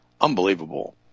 unbelievable